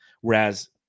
Whereas